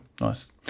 nice